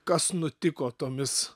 kas nutiko tomis